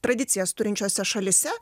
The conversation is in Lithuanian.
tradicijas turinčiose šalyse